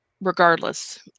regardless